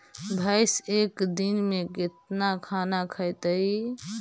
भैंस एक दिन में केतना खाना खैतई?